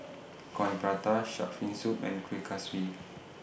Coin Prata Shark's Fin Soup and Kueh Kaswi